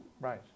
Right